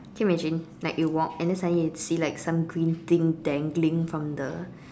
can you imagine like you walk and then suddenly you see like some green thing dangling from the